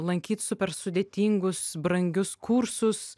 lankyt super sudėtingus brangius kursus